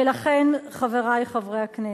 ולכן, חברי חברי הכנסת,